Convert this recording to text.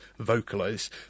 vocalise